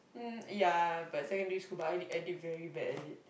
mm yeah but secondary school but I did I did very bad at it